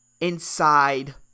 inside